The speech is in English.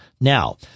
Now